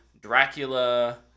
Dracula